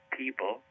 people